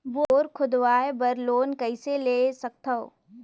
Bore खोदवाय बर loan कइसे ले सकथव?